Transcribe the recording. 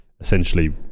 essentially